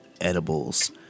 edibles